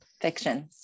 fiction